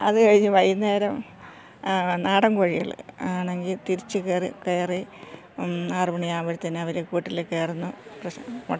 അത് കഴിഞ്ഞു വൈകുന്നേരം നാടൻകോഴികൾ ആണെങ്കിൽ തിരിച്ചു കയറി കയറി ആറ് മണിയാകുമ്പോൾ തന്നെ അവർ കൂട്ടിൽ കയറുന്ന പ്രശ്നം